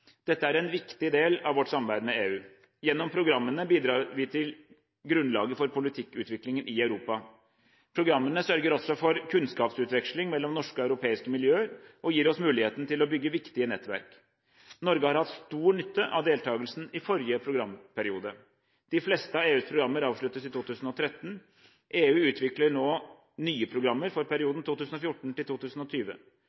Dette er en viktig del av vårt samarbeid med EU. Gjennom programmene bidrar vi til grunnlaget for politikkutviklingen i Europa. Programmene sørger også for kunnskapsutveksling mellom norske og europeiske miljøer og gir oss muligheten til å bygge viktige nettverk. Norge har hatt stor nytte av deltakelsen i forrige programperiode. De fleste av EUs programmer avsluttes i 2013. EU utvikler nå nye programmer for